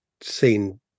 seen